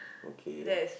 okay